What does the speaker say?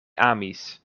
amis